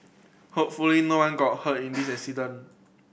hopefully no one got hurt in this incident